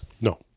No